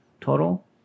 total